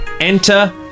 Enter